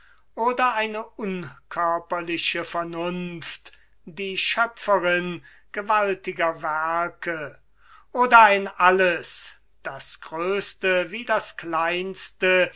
oder eine unkörperliche vernunft die schöpferin gewaltiger werke oder ein alles das größte wie das kleinste